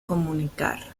comunicar